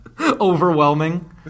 overwhelming